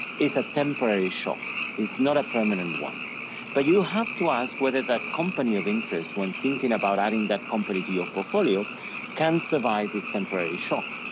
is a temporary shock, it's not a permanent one but you have to ask whether that company of interest when thinking about adding that company to your portfolio can survive this temporary shock,